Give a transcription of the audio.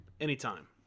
Anytime